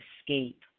escape